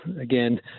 again